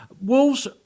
Wolves